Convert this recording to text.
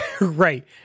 Right